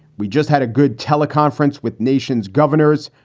we just had a good teleconference with nation's governors,